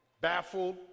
baffled